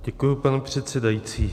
Děkuji, pane předsedající.